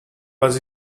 was